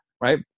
right